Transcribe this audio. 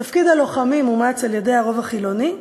תפקיד הלוחמים אומץ על-ידי הרוב החילוני,